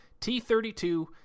T32